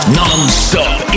non-stop